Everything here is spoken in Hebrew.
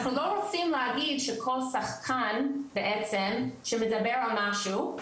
אנחנו לא רוצים להגיד שכוס בעצם שמדברת על משהו,